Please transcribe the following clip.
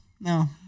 No